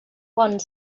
one